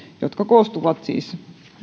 jotka koostuvat siis